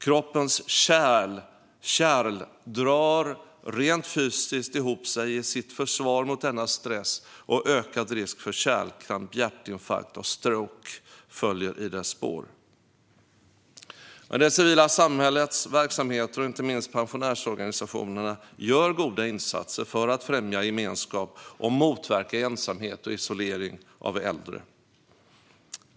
Kroppens kärl drar rent fysiskt ihop sig i sitt försvar mot denna stress, och ökad risk för kärlkramp, hjärtinfarkt och stroke följer i dess spår. Det civila samhällets verksamheter och inte minst pensionärsorganisationerna gör dock goda insatser för att främja gemenskap och motverka ensamhet och isolering bland äldre.